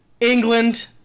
England